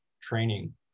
training